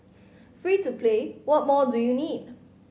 free to play what more do you need